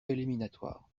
éliminatoires